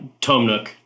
Tomnook